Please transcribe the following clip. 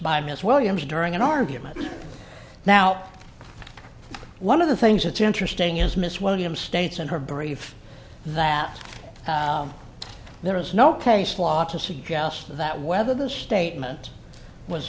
by ms williams during an argument now one of the things that's interesting is miss williams states in her brief that there is no case law to suggest that whether the statement was